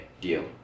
deal